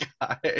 guy